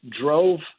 drove